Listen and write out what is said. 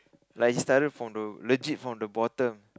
like he started from the legit from the bottom